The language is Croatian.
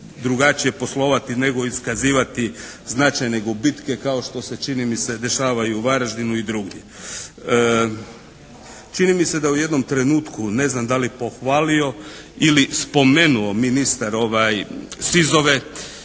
drugačije poslovati nego iskazivati značajne gubitke kao što se čini mi se dešavaju u Varaždinu i drugdje. Čini mi se da u jednom trenutku ne znam da li je pohvalio ili spomenuo ministar SIZ-ove.